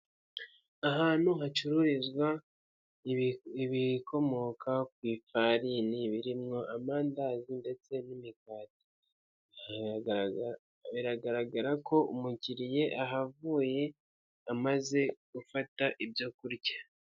Ahantu hacururizwa ibikomoka ku ifarini, birimo amandazi ndetse n'imigati, biragaragara ko umukiriya ahavuye amaze gufata ibyo kurya.